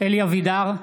אלי אבידר,